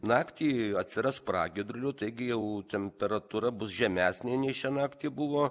naktį atsiras pragiedrulių taigi jau temperatūra bus žemesnė nei šią naktį buvo